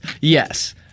yes